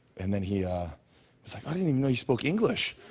and then he was like, i didn't even know you spoke english.